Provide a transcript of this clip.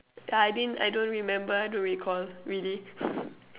yeah I didn't I don't remember I don't recall really